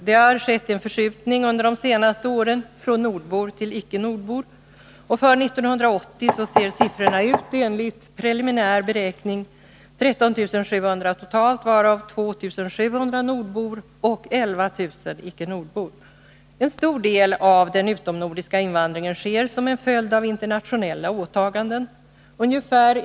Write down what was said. Det har skett en förskjutning under de senaste åren från nordbor till icke nordbor. För 1980 är siffrorna enligt preliminär beräkning: 13 700 totalt, varav 2 700 nordbor och 11 000 icke nordbor. En stor del av den utomnordiska invandringen sker som en följd av internationella åtaganden.